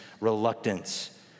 reluctance